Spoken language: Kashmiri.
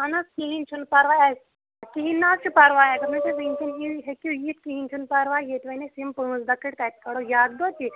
اہن حظ کِہیٖنۍ چھُنہٕ پرواے اَسہِ کِہیٖنۍ نہٕ حظ چھُ پرواے اگر نہٕ تُہۍ وٕنکٮ۪ن ہیٚکِو یِتھ کِہیٖنۍ چھُنہٕ پرواے ییٚتہِ وۄنۍ اَسہِ یِم پانژھ دۄہ کٔڑۍ تَتہِ کَڑَو یہِ اَکھ دۄہ تہِ